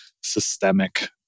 systemic